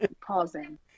Pausing